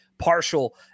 Partial